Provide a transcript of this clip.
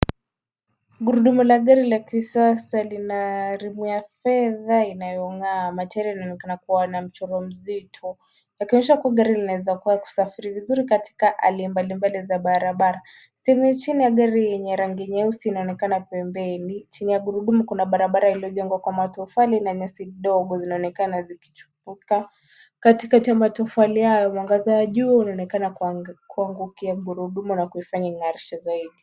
Gurudumu la gari la kisasa lina rimu ya fedha inayong'aa. Matairi yanaonekana kuwa na mchoro mzito yakionyesha kuwa gari linaweza kuwa la kusafiri vizuri katika hali mbalimbali za barabara. Sehemu ya chini ya gari yenye rangi nyeusi inaonekana pembeni. Chini ya gurudumu kuna barabara iliyojengwa kwa matofali na nyasi kidogo zinaonekana zikichipuka katikati ya matofali hayo. Mwangaza wa jua unaonekana kuangukia gurudumu na kuifanya ingarishe zaidi.